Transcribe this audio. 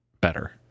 better